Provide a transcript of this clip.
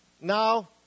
Now